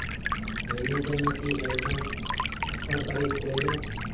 ঋণের জন্য কি একজন স্বাক্ষরকারী প্রয়োজন?